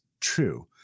true